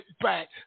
back